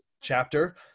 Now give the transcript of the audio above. chapter